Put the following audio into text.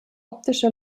optische